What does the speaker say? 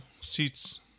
seats